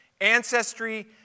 ancestry